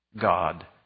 God